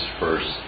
first